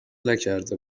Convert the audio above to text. نکرده